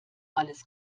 alles